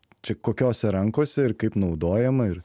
čia kokiose rankose ir kaip naudojama ir